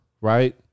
right